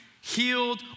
healed